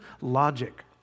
logic